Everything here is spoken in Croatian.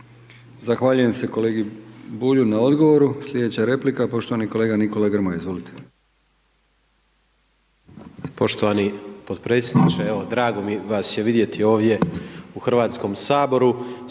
Zahvaljujem poštovanoj kolegici Pusić na odgovoru. Sljedeća replika poštovani kolega Sokol, izvolite.